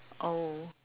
oh